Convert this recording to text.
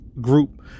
group